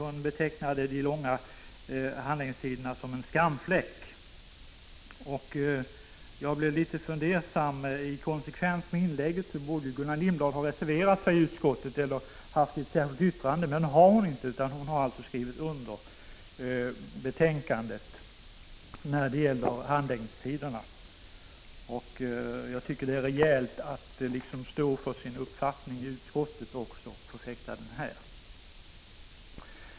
Hon betecknade de långa handläggningstiderna som en skamfläck. Jag blev litet fundersam över det. I konsekvens med det inlägget borde hon ha reserverat sigi utskottet eller gjort ett särskilt yttrande, men det har hon inte gjort utan hon har alltså skrivit under betänkandet när det gäller handläggningstiderna. Jag tycker att det är rejält att stå för sin uppfattning också i utskottet och inte bara förfäkta den här.